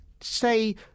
say